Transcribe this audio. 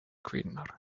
kvinnor